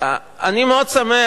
אני מאוד שמח,